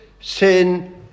sin